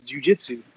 jujitsu